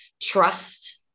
trust